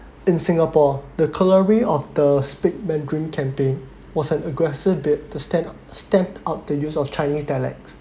in singapore the of the speak mandarin campaign was an aggressive bid to stand step up the use of chinese dialects